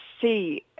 see